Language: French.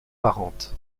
parentes